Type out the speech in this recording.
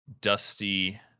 dusty